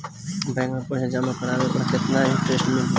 Bank में पईसा जमा करवाये पर केतना इन्टरेस्ट मिली?